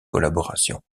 collaborations